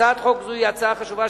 הצעת חוק זו היא הצעה חשובה,